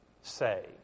say